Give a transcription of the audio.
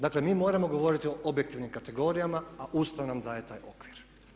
Dakle, mi moramo govoriti o objektivnim kategorijama, a Ustav nam daje taj okvir.